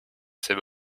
assez